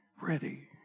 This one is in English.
Ready